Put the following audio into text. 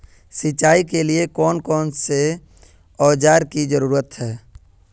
सिंचाई के लिए कौन कौन से औजार की जरूरत है?